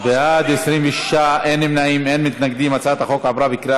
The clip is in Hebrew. ההצעה להעביר את הצעת חוק להקלת נטל